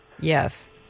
Yes